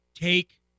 take